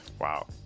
Wow